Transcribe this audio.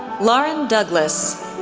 lauren douglas,